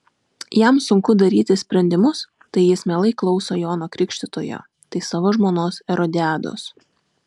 jam sunku daryti sprendimus tai jis mielai klauso jono krikštytojo tai savo žmonos erodiados